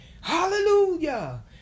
Hallelujah